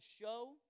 show